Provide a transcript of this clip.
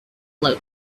float